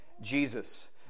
Jesus